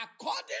according